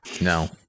No